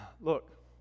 Look